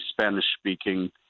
Spanish-speaking